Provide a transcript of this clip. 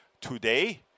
today